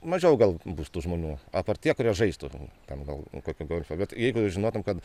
mažiau gal bus tų žmonių apart tie kurie žaistų ten gal kokį golfą bet jeigu žinotum kad